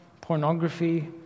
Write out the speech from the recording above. pornography